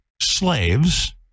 slaves